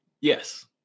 Yes